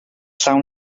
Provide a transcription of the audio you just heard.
llawn